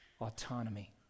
Autonomy